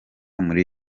muri